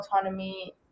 autonomy